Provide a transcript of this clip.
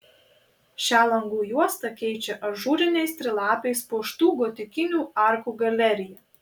šią langų juostą keičia ažūriniais trilapiais puoštų gotikinių arkų galerija